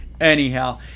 anyhow